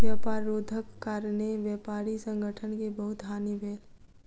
व्यापार रोधक कारणेँ व्यापारी संगठन के बहुत हानि भेल